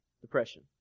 Depression